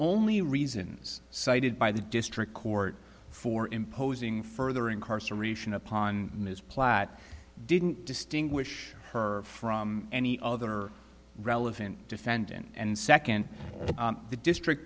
only reasons cited by the district court for imposing further incarceration upon ms platt didn't distinguish her from any other relevant defendant and second the district